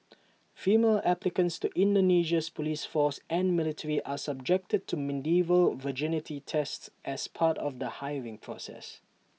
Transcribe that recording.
female applicants to Indonesia's Police force and military are subjected to medieval virginity tests as part of the hiring process